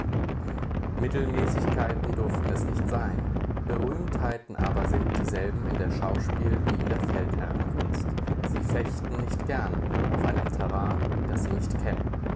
mittelmäßigkeiten durften es nicht sein berühmtheiten aber sind dieselben in der schauspiel wie in der feldherrenkunst sie fechten nicht gern auf einem terrain das sie nicht kennen